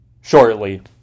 shortly